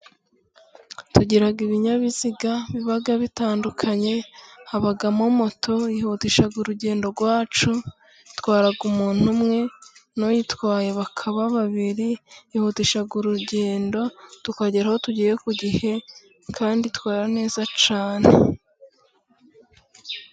Tugira ibinyabiziga biba bitandukanye habamo moto, yihutisha urugendo rwacu itwara umuntu umwe n'uyitwaye bakaba babiri, ihutisha urugendo tukagera aho tugiye ku gihe kandi itwara neza cyane.